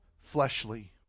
fleshly